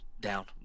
Down